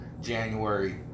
January